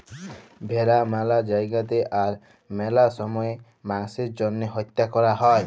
ভেড়া ম্যালা জায়গাতে আর ম্যালা সময়ে মাংসের জ্যনহে হত্যা ক্যরা হ্যয়